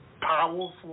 powerful